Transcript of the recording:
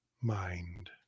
mind